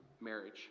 marriage